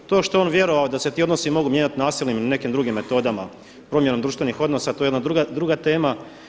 To što je on vjerovao da se ti odnosi mogu mijenjati nasilnim ili nekim drugim metodama promjenom društvenih odnosa, to je jedna druga tema.